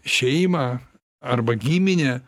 šeimą arba giminę